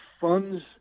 funds